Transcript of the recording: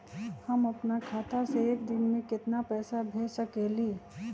हम अपना खाता से एक दिन में केतना पैसा भेज सकेली?